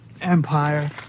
Empire